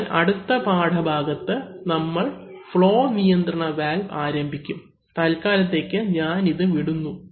അതിനാൽ അടുത്ത പാഠഭാഗത്ത് നമ്മൾ ഫ്ളോ നിയന്ത്രണ വാൽവ് ആരംഭിക്കും തൽക്കാലത്തേക്ക് ഞാൻ ഇത് വിടുന്നു